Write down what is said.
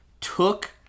took